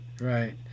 right